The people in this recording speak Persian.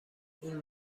اون